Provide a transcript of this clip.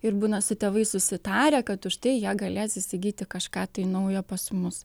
ir būna su tėvais susitarę kad už tai jie galės įsigyti kažką tai naujo pas mus